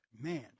man